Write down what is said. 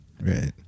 Right